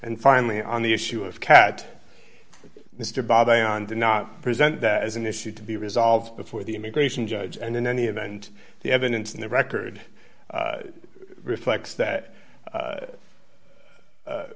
and finally on the issue of cat mr bob a on do not present that as an issue to be resolved before the immigration judge and in any event the evidence in the record reflects that